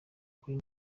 kuri